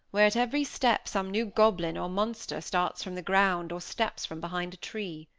where at every step some new goblin or monster starts from the ground or steps from behind a tree.